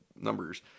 numbers